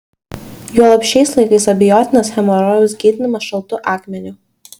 juolab šiais laikais abejotinas hemorojaus gydymas šaltu akmeniu